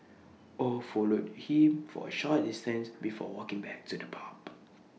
oh followed him for A short distance before walking back to the pub